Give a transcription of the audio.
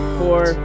four